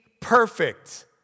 perfect